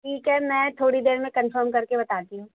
ٹھیک ہے میں تھوڑی دیر میں کنفرم کر کے بتاتی ہوں